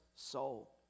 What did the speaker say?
soul